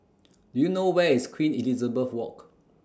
Do YOU know Where IS Queen Elizabeth Walk